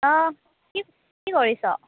অঁ কি কি কৰিছ